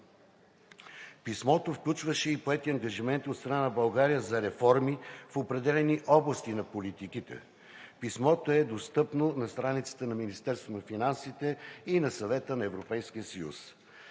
Писмото включваше и поети ангажименти от страна на България за реформи в определени области на политиките. Писмото е достъпно на страниците на Министерството на финансите и на Съвета на Европейския съюз.